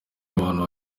ahantu